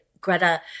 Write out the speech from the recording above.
Greta